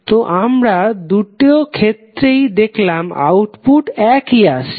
তো আমরা দুটো ক্ষেত্রেই দেখলাম অউটপুট একই আসছে